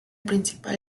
principal